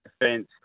defence